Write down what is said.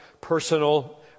personal